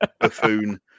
buffoon